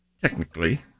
Technically